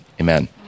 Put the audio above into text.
amen